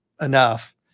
enough